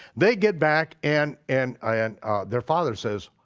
they get back and and ah and their father says,